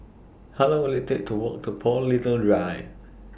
How Long Will IT Take to Walk to Paul Little Drive